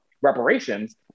reparations